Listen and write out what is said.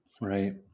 Right